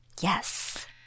Yes